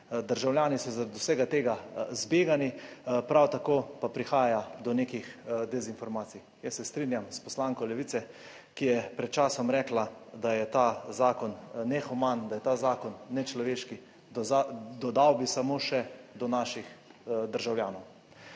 Državljani so zaradi vsega tega zbegani, prav tako pa prihaja do nekih dezinformacij. Jaz se strinjam s poslanko Levice, ki je pred časom rekla, da je ta zakon nehuman, da je ta zakon nečloveški. Dodal bi samo še: do naših državljanov.